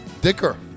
Dicker